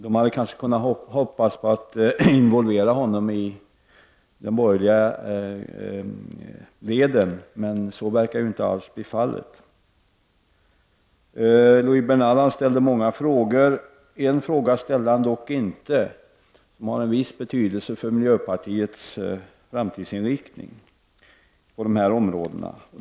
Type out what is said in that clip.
De hade kanske hoppats på att kunna involvera honom i de borgerliga leden, men så verkar inte alls bli fallet. Loui Bernal ställde många frågor. En fråga ställde han dock inte, som har en viss betydelse för miljöpartiets framtidsinriktning på dessa områden.